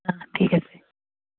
অঁ ঠিক আছে